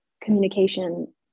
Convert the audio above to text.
communication